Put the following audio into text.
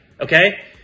Okay